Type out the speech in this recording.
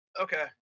Okay